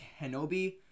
Kenobi